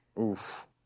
oof